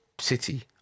city